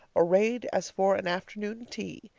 arrayed as for an afternoon tea.